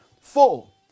full